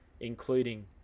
including